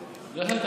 לך.